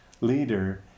leader